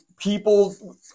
people